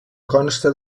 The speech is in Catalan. consta